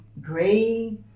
gray